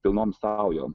pilnom saujom